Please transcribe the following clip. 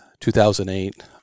2008